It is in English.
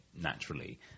naturally